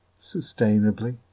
sustainably